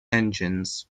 engines